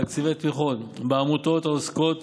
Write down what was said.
תקציבי תמיכות בעמותות העוסקות